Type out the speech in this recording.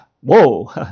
whoa